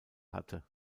hatte